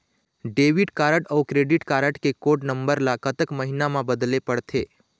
Debit card अऊ credit card के code number ला कतक महीना मा बदले पड़थे?